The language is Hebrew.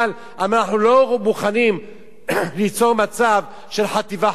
אנחנו לא מוכנים ליצור מצב של חטיבה חרדית,